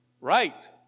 Right